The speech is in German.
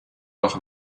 noch